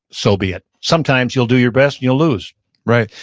so be it. sometimes you'll do your best and you'll lose right.